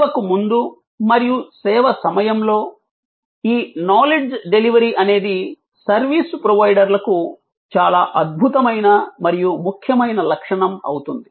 సేవకు ముందు మరియు సేవ సమయంలో ఈ నాలెడ్జ్ డెలివరీ అనేది సర్వీసు ప్రొవైడర్లకు చాలా అద్భుతమైన మరియు ముఖ్యమైన లక్షణం అవుతుంది